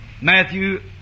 Matthew